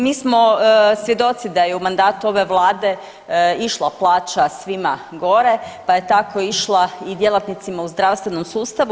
Mi smo svjedoci da je u mandatu ove vlade išla plaća svima gore, pa je tako išla i djelatnicima u zdravstvenom sustavu.